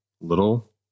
little